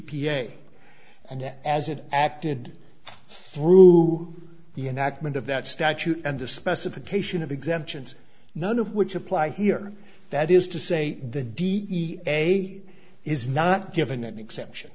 a and as it acted through the an accident of that statute and the specification of exemptions none of which apply here that is to say the d e a is not given an exemption